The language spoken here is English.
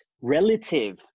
relative